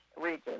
region